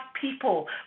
people